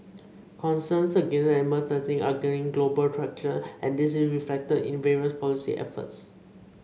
concerns against animal testing are gaining global traction and this is reflected in various policy efforts